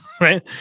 Right